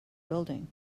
building